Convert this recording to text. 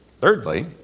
Thirdly